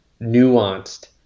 nuanced